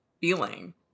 feeling